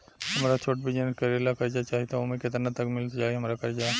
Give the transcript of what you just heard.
हमरा छोटा बिजनेस करे ला कर्जा चाहि त ओमे केतना तक मिल जायी हमरा कर्जा?